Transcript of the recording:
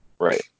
Right